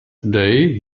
day